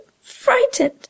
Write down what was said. frightened